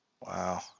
Wow